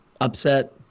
upset